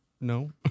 No